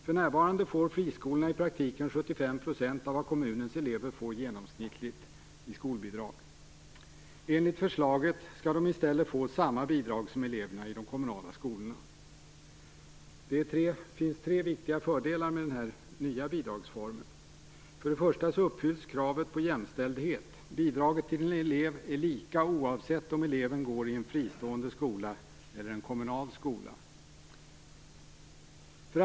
För närvarande får friskolorna i praktiken 75 % av vad kommunens elever får genomsnittligt i skolbidrag. Enligt förslaget skall de i stället få samma bidrag som eleverna i de kommunala skolorna. Det finns tre viktiga fördelar med den nya bidragsformen: 1. Kravet på jämställdhet uppfylls. Bidraget till en elev är lika oavsett om eleven går i en fristående skola eller i en kommunal skola. 2.